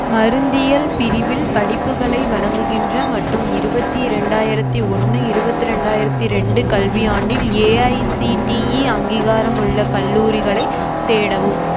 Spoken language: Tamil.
மருந்தியல் பிரிவில் படிப்புகளை வழங்குகின்ற மற்றும் இருபத்திரெண்டாயிரத்தி ஒன்று இருபத்திரெண்டாயிரத்தி ரெண்டு கல்வியாண்டில் ஏஐசிடிஇ அங்கீகாரமுள்ள கல்லூரிகளைத் தேடவும்